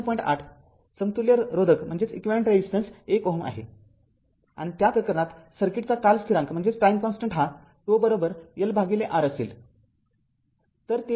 ८ समतुल्य रोधक १Ω आहे आणि त्या प्रकरणात सर्किटचा कालस्थिरांक हा τ LR असेल